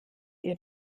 ihr